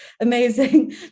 amazing